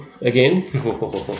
again